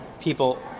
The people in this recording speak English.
people